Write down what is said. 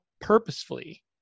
purposefully